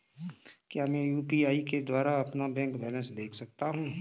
क्या मैं यू.पी.आई के द्वारा अपना बैंक बैलेंस देख सकता हूँ?